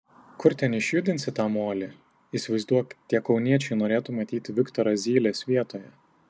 kur ten išjudinsi tą molį įsivaizduok tie kauniečiai norėtų matyti viktorą zylės vietoje